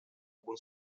bun